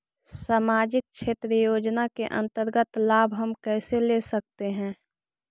समाजिक क्षेत्र योजना के अंतर्गत लाभ हम कैसे ले सकतें हैं?